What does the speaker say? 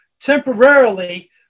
temporarily